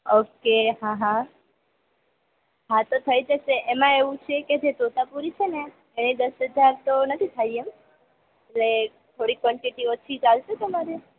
okay હા હા હા તો થઈ જશે એમાં એવું છે કે જે તોતાપુરી છે ને એ દશ હજાર તો નથી થાય એમ એટલે થોડી કોનટીટી ઓછી ચાલશે તમારે